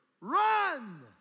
Run